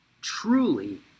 truly